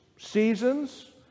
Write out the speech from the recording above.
seasons